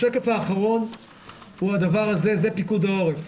השקף האחרון הוא הדבר הזה, זה פיקוד העורף.